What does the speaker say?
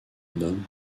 nomme